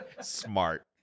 Smart